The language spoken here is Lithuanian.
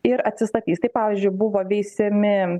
ir atsistatys tai pavyzdžiui buvo veisiami